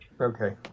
Okay